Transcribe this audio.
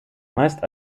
meist